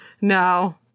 no